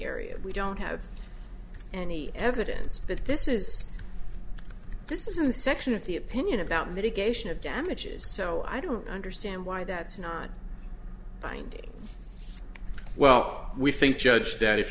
area we don't have any evidence that this is this is in the section of the opinion about mitigation of damages so i don't understand why that's not finding well we think judge that if